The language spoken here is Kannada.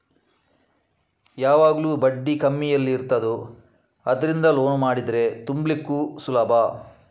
ಯಾವಾಗ್ಲೂ ಬಡ್ಡಿ ಕಮ್ಮಿ ಎಲ್ಲಿ ಇರ್ತದೋ ಅದ್ರಿಂದ ಲೋನ್ ಮಾಡಿದ್ರೆ ತುಂಬ್ಲಿಕ್ಕು ಸುಲಭ